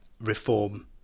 reform